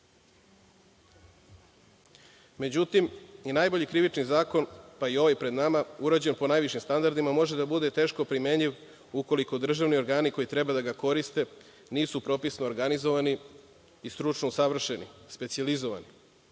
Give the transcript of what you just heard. zakon.Međutim, i najbolji krivični zakon, pa i ovaj pred nama, urađen po najvišim standardima, može da bude teško primenjiv ukoliko državni organi koji treba da ga koriste nisu propisno organizovani i stručno usavršeni, specijalizovani.